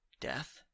Death